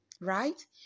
right